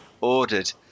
ordered